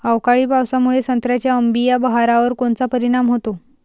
अवकाळी पावसामुळे संत्र्याच्या अंबीया बहारावर कोनचा परिणाम होतो?